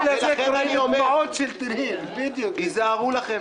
ולכן אני אומר: היזהרו לכם,